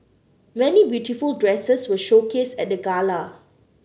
many beautiful dresses were showcased at the gala